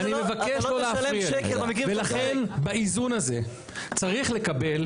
אתה לא תשלם שקל במקרים שאתה --- ולכן באיזון זה צריך לקבל,